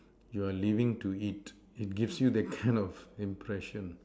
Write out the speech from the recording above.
you are living to it it gives you the kind of impression